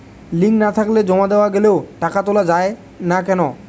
Link না থাকলে জমা দেওয়া গেলেও টাকা তোলা য়ায় না কেন?